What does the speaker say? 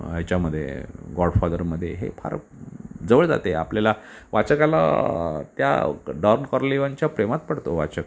ह्याच्यामध्ये गॉडफादरमध्ये हे फार जवळ जाते आपल्याला त्या वाचकाला त्या डॉन कॉर्लीऑनच्या प्रेमात पडतो वाचक